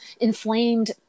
inflamed